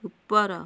ଉପର